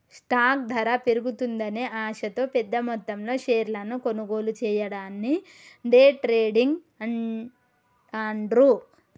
stock ధర పెరుగుతుందనే ఆశతో పెద్దమొత్తంలో షేర్లను కొనుగోలు చెయ్యడాన్ని డే ట్రేడింగ్ అంటాండ్రు